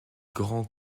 grands